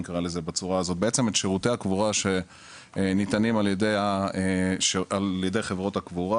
את שירותי הקבורה שניתנים על ידי חברות הקבורה.